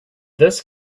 this